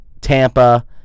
Tampa